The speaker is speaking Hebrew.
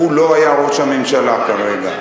הוא לא היה ראש הממשלה כרגע.